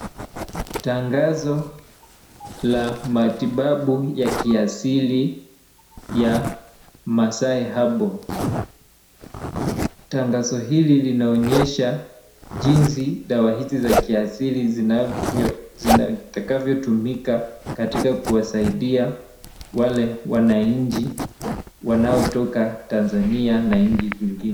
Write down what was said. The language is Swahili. Tagazo la matibabu ya kiasili ya Masai Herbal . Tangazo hili linaonyesha jinsi dawa hizi za kiasili zinavyo, zitakavyotumika katika kuwasaidia wale wananchi wanaotoka Tanzania na nchi zingine.